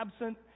absent